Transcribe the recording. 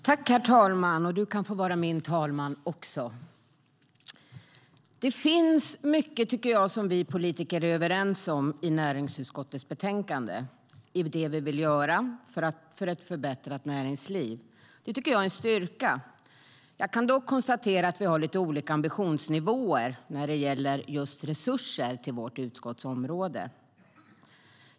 Herr ålderspresident! Göran Hägglund kan få vara min talman också. Det finns mycket som vi politiker är överens om i näringsutskottets betänkande när det gäller vad vi vill göra för ett förbättrat näringsliv. Det tycker jag är en styrka. Jag kan dock konstatera att vi har lite olika ambitionsnivåer när det gäller resurser till vårt utskottsområde.